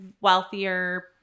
wealthier